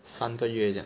三个月这样